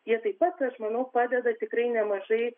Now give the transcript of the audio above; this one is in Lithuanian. jie taip pat aš manau padeda tikrai nemažai